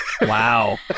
Wow